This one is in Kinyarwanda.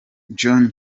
john